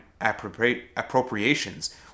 appropriations